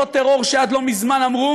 אותו טרור שעד לא מזמן אמרו